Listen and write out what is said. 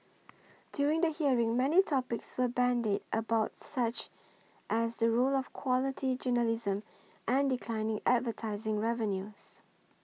during the hearing many topics were bandied about such as the role of quality journalism and declining advertising revenues